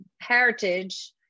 heritage